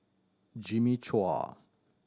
Jimmy Chua